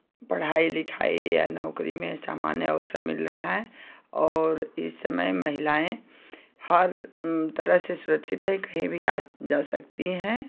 पढ़ाई लिखाई या नौकरी में समान अवसर मिल रहा है और इस समय महिलाएँ हर तरह से सुरक्षित हैं कहीं भी आ जा सकती हैं